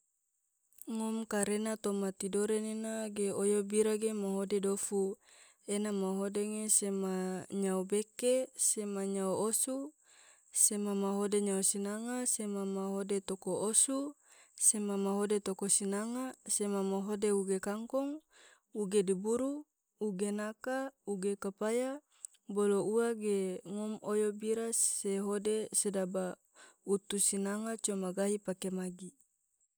ngom karena toma tidore nena ge oyo bira ge mahode dofu, ena mahode sema nyao beke, sema nyao osu, sema mahode nyao sinanga, sema mahode toko osu, sema mahode toko sinanga, sema mahode uge kangkong, uge diburu, uge naka, uge kopaya, bolo ua ge ngom oyo bira se hode sedaba utu sinanga coma gahi pake magi.